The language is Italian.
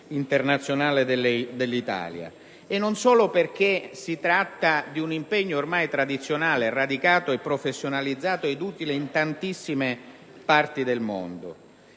internazionale dell'Italia e non solo perché si tratta di un impegno ormai tradizionale, radicato, professionalizzato ed utile in tantissime parti del mondo.